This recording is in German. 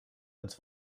als